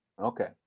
Okay